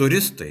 turistai